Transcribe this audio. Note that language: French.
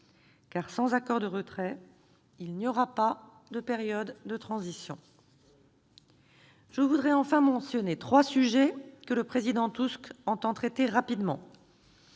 car sans accord de retrait, il n'y aura pas de période de transition. Très bien ! Je voudrais, enfin, mentionner trois sujets que le président Tusk entend traiter rapidement.